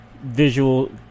visual